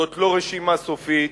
זאת לא רשימה סופית,